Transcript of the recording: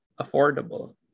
affordable